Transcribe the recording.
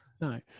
No